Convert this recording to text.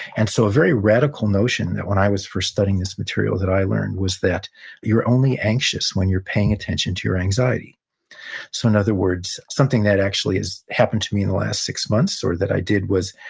and so a very radical notion that when i was first studying material, that i learned, was that you're only anxious when you're paying attention to your anxiety so in other words, something that actually has happened to me in the last six months, or that i did was,